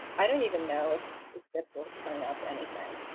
i don't even know if this will turn up anything.